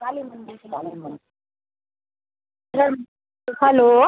काली मंदिर से फिर हम हलो